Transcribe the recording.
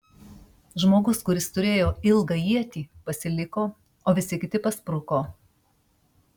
žmogus kuris turėjo ilgą ietį pasiliko o visi kiti paspruko